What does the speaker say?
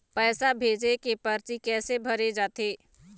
पैसा भेजे के परची कैसे भरे जाथे?